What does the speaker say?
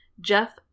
Jeff